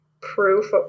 Proof